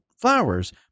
flowers